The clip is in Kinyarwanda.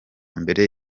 mbere